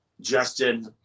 Justin